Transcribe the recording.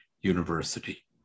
University